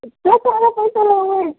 इतने सारे पैसे लोगे